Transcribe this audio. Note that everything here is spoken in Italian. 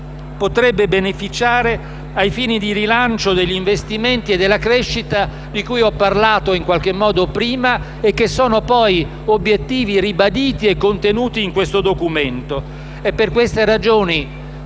potrebbe beneficiare ai fini del rilancio degli investimenti e della crescita, di cui ho parlato in qualche modo prima e che sono poi obiettivi ribaditi e contenuti in questo documento. È per queste ragioni,